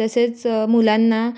तसेच मुलांना